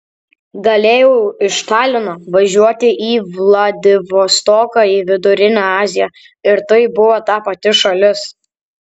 galėjau iš talino važiuoti į vladivostoką į vidurinę aziją ir tai buvo ta pati šalis